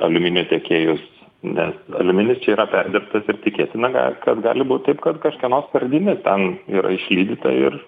aliuminio tiekėjus nes aliuminis čia yra perdirbtas ir tikėtina ga kad gali būt taip kad kažkieno skardinė ten yra išlydyta ir